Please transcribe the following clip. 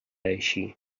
així